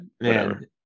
man